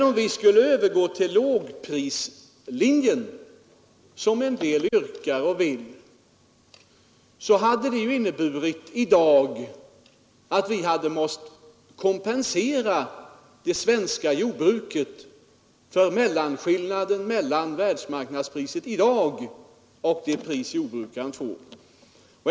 Om vi skulle övergå till lågprislinjen som en del yrkar på så hade det i dag inneburit att vi hade måst kompensera det svenska jordbruket för mellanskillnaden mellan världsmarknadspriset i dag och det pris jordbrukaren får.